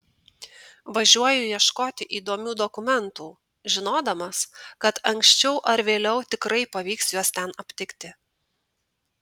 važiuoju ieškoti įdomių dokumentų žinodamas kad anksčiau ar vėliau tikrai pavyks juos ten aptikti